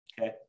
Okay